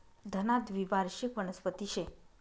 धना द्वीवार्षिक वनस्पती शे